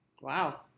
Wow